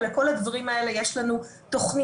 לכל הדברים האלה יש לנו תוכניות.